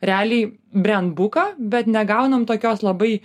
realiai brandbuką bet negaunam tokios labai